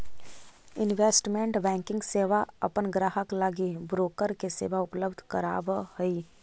investment banking सेवा अपन ग्राहक लगी ब्रोकर के सेवा उपलब्ध करावऽ हइ